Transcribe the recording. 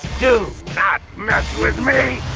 do not mess with me!